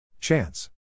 Chance